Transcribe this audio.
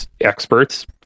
experts